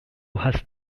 hast